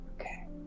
Okay